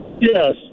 Yes